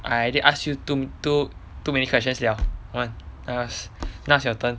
I already ask you too too too many questions liao err now's your turn